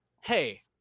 hey